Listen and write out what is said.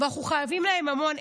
ואנחנו חייבים להם המון,